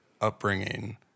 upbringing